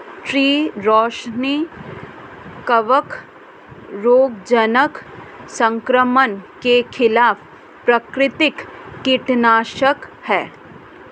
tree rosin कवक रोगजनक संक्रमण के खिलाफ प्राकृतिक कीटनाशक है